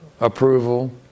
approval